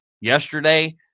yesterday